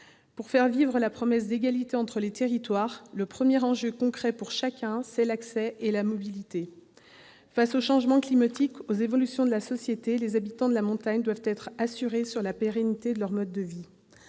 Pour faire vivre la promesse d'égalité entre les territoires, le premier enjeu concret pour chacun, c'est l'accès et la liberté de se mouvoir. Face aux changements climatiques et aux évolutions de la société, les habitants de la montagne doivent être rassurés sur la pérennité de leur mode de vie.